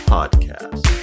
Podcast